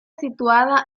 situada